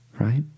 right